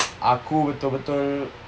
aku betul-betul